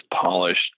polished